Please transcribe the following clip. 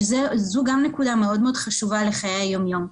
וזו גם נקודה מאוד חשובה לחיי היום-יום,